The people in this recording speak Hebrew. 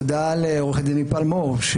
תודה לעו"ד אמי פלמור,